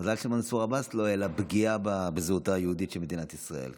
מזל שמנסור עבאס לא העלה פגיעה בזהותה היהודית של מדינת ישראל.